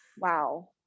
Wow